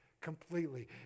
completely